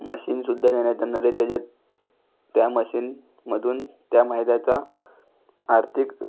मशिनसुद्धा देण्यात येणार आहे त्याच्यात त्या मशीनमधून त्या महिलेचा आर्थिक